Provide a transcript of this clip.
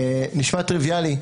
זה נשמע טריוויאלי,